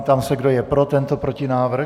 Ptám se, kdo je pro tento protinávrh?